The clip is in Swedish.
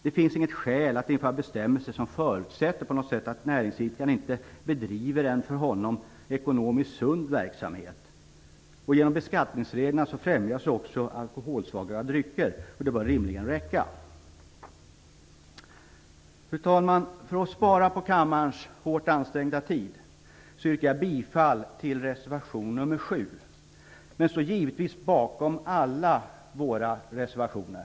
Det finns inget skäl att införa bestämmelser som på något sätt förutsätter att näringsidkaren inte bedriver en ekonomiskt sund verksamhet. Genom beskattningsreglerna främjas också alkoholsvaga drycker, vilket rimligen bör räcka. Fru talman! För att spara kammarens hårt ansträngda tid avslutar jag med att yrka bifall till reservation nr 7 men står givetvis bakom alla våra reservationer.